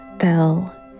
fell